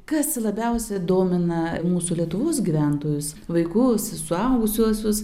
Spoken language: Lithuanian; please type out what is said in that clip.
kas labiausiai domina mūsų lietuvos gyventojus vaikus suaugusiuosius